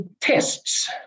tests